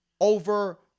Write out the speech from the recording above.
over